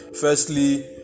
Firstly